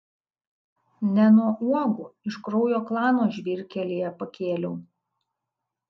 ne nuo uogų iš kraujo klano žvyrkelyje pakėliau